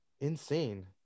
insane